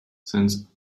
since